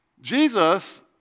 Jesus